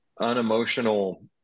unemotional